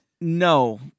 No